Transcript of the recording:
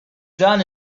done